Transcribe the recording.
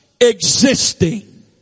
existing